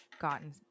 gotten